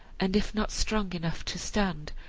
and if not strong enough to stand,